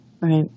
Right